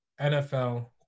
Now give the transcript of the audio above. NFL